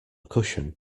cushion